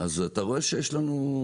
אז אתה רואה שאין שוטרים,